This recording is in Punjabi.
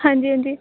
ਹਾਂਜੀ ਹਾਂਜੀ